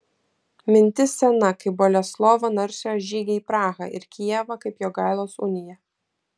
mintis sena kaip boleslovo narsiojo žygiai į prahą ir kijevą kaip jogailos unija